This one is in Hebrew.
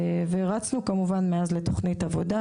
הרצנו מאז תכנית עבודה,